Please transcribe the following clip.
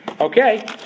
Okay